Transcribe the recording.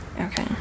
Okay